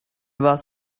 was